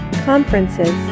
conferences